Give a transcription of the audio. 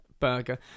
burger